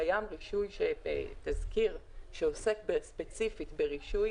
קיים רישוי בתזכיר שעוסק ספציפית ברישוי,